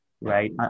right